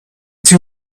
two